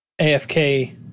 AFK